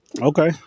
Okay